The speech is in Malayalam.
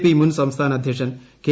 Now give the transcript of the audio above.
പി മുൻ സംസ്ഥാന അധ്യക്ഷൻ കെ